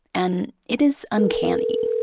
and it is uncanny